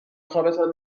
خوابتان